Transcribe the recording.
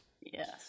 Yes